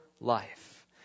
life